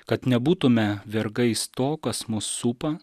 kad nebūtume vergais to kas mus supa